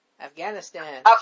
Afghanistan